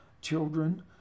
children